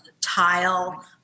tile